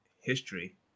history